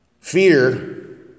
fear